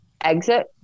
exit